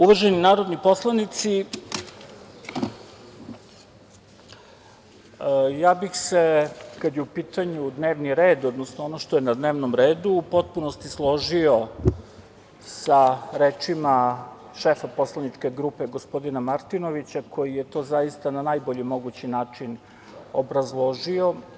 Uvaženi narodni poslanici, ja bih se kada je u pitanju dnevni red, odnosno ono što je na dnevnom redu, u potpunosti složio sa rečima šefa poslaničke grupe, gospodina Martinovića, koji je to zaista na najbolji mogući način obrazložio.